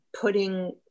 putting